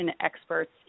experts